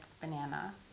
banana